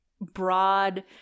broad